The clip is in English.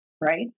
right